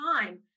time